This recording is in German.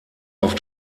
auf